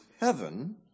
heaven